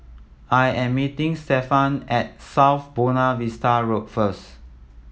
I am meeting Stefan at South Buona Vista Road first